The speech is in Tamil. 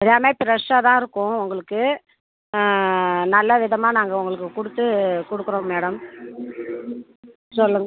எல்லாமே ஃப்ரெஷ்ஷாக தான் இருக்கும் உங்களுக்கு நல்ல விதமாக நாங்கள் உங்களுக்கு கொடுத்து கொடுக்குறோம் மேடம் சொல்லுங்கள்